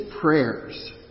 prayers